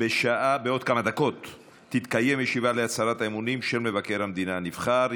בעוד כמה דקות תתקיים ישיבה להצהרת האמונים של מבקר המדינה הנבחר.